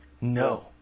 No